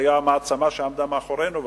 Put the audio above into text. והיתה מעצמה שעמדה מאחורינו,